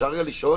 אפשר לשאול?